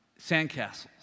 sandcastles